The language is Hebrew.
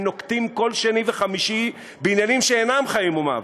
נוקטים כל שני וחמישי בעניינים שאינם חיים ומוות,